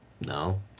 No